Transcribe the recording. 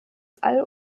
all